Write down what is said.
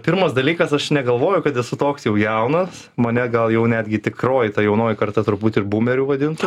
pirmas dalykas aš negalvoju kad esu toks jau jaunas mane gal jau netgi tikroji ta jaunoji karta turbūt ir bumeriu vadintų